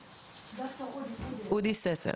יפתח, מר אודי ססר,